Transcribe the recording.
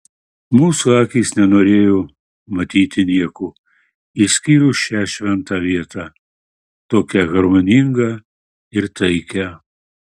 mūsų akys nenorėjo matyti nieko išskyrus šią šventą vietą tokią harmoningą ir taikią